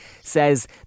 says